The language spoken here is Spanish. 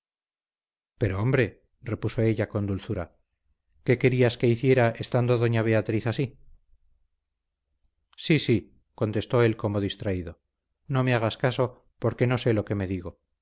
pero hombre repuso ella con dulzura qué querías que hiciera estando doña beatriz así sí sí contestó él como distraído no me hagas caso porque no sé lo que me digo